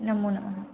नमो नमः